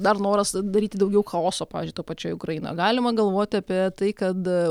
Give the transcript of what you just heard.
dar noras daryti daugiau chaoso pavyzdžiui toj pačioj ukrainoj galima galvoti apie tai kad